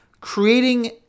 Creating